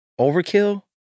overkill